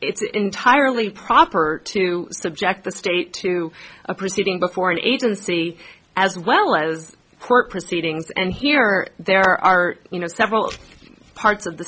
it's entirely proper to subject the state to a proceeding before an agency as well as court proceedings and here there are you know several parts of the